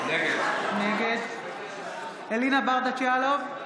נגד אלינה ברדץ' יאלוב,